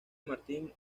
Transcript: martin